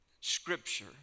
Scripture